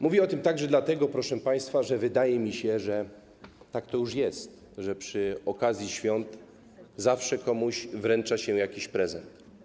Mówię o tym także dlatego, proszę państwa, że wydaje mi się, że tak to już jest, że przy okazji świąt zawsze komuś wręcza się jakiś prezent.